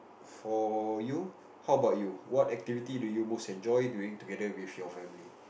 for you how about you what activity do you most enjoy doing together with your family